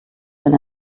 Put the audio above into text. denn